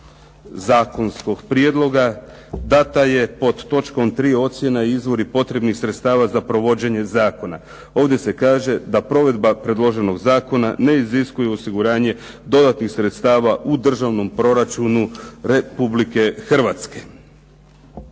Zakonskog prijedlog dana je pod točkom 3. ocjena i izvori potrebnih sredstava za provođenje zakona. Ovdje se kaže da provedba predloženog zakona ne iziskuje osiguranje dodatnih sredstava u državnom proračunu Republike Hrvatske.